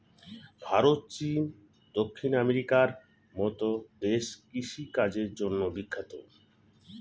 ভারত, চীন, দক্ষিণ আমেরিকার মতো দেশ কৃষি কাজের জন্যে বিখ্যাত